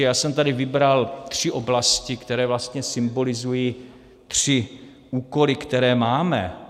Já jsem tady vybral tři oblasti, které vlastně symbolizují tři úkoly, které máme.